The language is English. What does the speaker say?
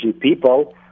people